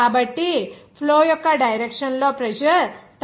కాబట్టి ఫ్లో యొక్క డైరెక్షన్ లో ప్రెజర్ తగ్గుతుంది